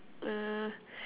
uh